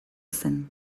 zen